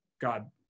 God